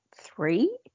three